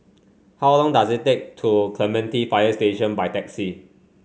how long does it take to Clementi Fire Station by taxi